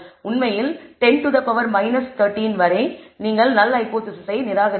உண்மையில் 10 13 வரை நீங்கள் நல் ஹைபோதேசிஸை நிராகரிப்பீர்கள்